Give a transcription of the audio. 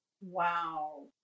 Wow